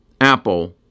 Apple